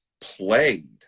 played